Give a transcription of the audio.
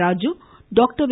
Raju doctor வே